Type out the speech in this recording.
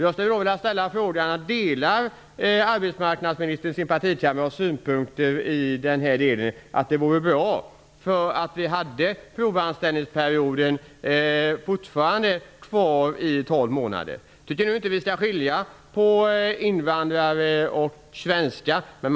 Jag vill då ställa frågan: Delar arbetsmarknadsministern sin partikamrats synpunkter, att det vore bra om provanställningsperioden fortfarande var tolv månader? Jag tycker inte att man skall skilja på svenskar och invandrare.